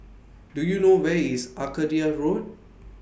Do YOU know Where IS Arcadia Road